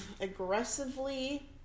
Aggressively